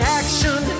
action